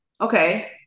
Okay